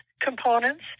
components